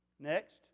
Next